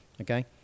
okay